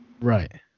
Right